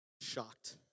shocked